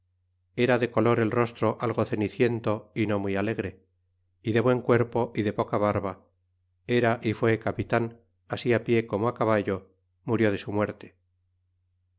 pasó erafie color el rostro algo ceniciento e no muy alegre e de buen cuerpo é de poca barba era y fue buen capital así á pie como á caballo murió de su muerte